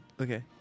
okay